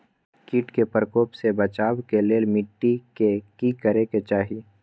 किट के प्रकोप से बचाव के लेल मिटी के कि करे के चाही?